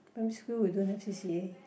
primary school we don't have C_C_A